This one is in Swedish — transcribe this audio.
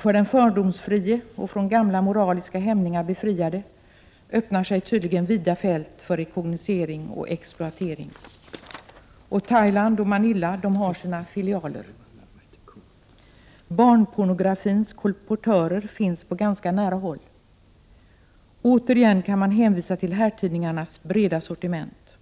För den fördomsfrie och från gamla moraliska hämningar befriade öppnar sig tydligen vida fält för rekognoscering och exploatering. Thailand och Manila har sina filialer. Barnpornografins kolportörer finns på ganska nära håll. Återigen kan man hänvisa till herrtidningarnas breda sortiment.